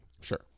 Sure